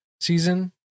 Season